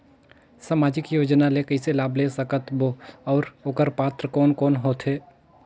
समाजिक योजना ले कइसे लाभ ले सकत बो और ओकर पात्र कोन कोन हो थे?